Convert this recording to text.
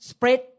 Spread